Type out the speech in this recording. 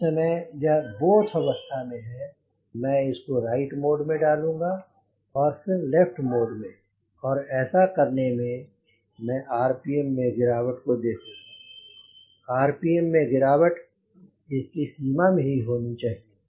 इस समय यह 'BOTH' अवस्था में है मैं इसको राइट मोड में डालूंगा और फिर लेफ्ट मोड में और ऐसा करने में मैं आरपीएम में गिरावट को देखूंगा आरपीएम में गिरावट इसकी सीमा में ही होनी चाहिए